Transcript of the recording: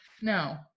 No